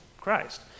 Christ